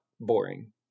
boring